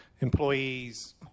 employees